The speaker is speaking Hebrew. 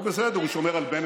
הוא שומר על בנט.